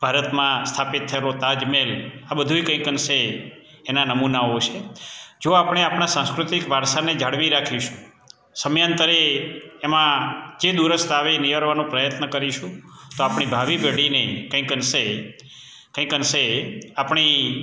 ભારતમાં સ્થાપિત થયેલો તાજમહેલ આ બધુંય કંઈક અંશે એનાં નમુનાઓ છે જો આપણે આપણાં સાંસ્કૃતિક વારસાને જાળવી રાખીશું સમયાંતરે એમાં જે દુરસ્ત આવે નિવારવાનો પ્રયત્ન કરીશું તો આપણી ભાવિ પેઢીને કાંઈક અંશે કાંઈક અંશે આપણી